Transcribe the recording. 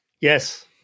Yes